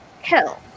hell